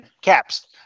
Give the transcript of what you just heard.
Caps